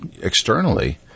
externally